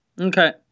Okay